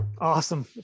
Awesome